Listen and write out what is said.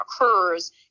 occurs